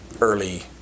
early